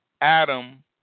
Adam